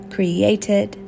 Created